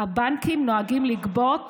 הבנקים נוהגים לגבות